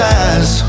eyes